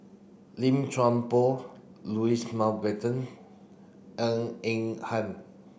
Lim Chuan Poh Louis Mountbatten Ng Eng Hen